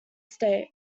state